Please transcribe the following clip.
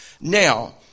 Now